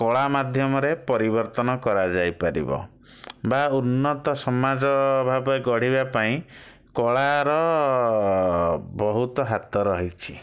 କଳା ମାଧ୍ୟମରେ ପରିବର୍ତ୍ତନ କରା ଯାଇପାରିବ ବା ଉନ୍ନତ ସମାଜ ଭାବେ ଗଢ଼ିବା ପାଇଁ କଳାର ବହୁତ ହାତ ରହିଛିି